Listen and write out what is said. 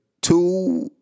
two